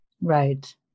Right